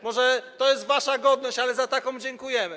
Może to jest wasza godność, ale za taką dziękujemy.